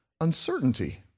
uncertainty